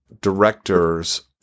directors